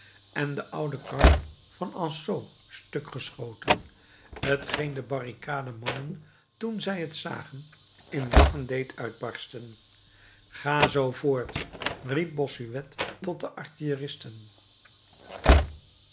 en de oude kar van anceau stuk geschoten t geen de barricademannen toen zij het zagen in lachen deed uitbarsten gaat zoo voort riep bossuet tot de